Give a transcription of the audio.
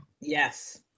Yes